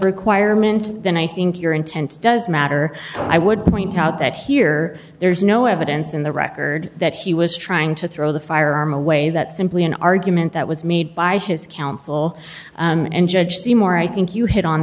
requirement then i think your intent does matter i would point out that here there's no evidence in the record that he was trying to throw the firearm away that simply an argument that was made by his counsel and judge the more i think you hit on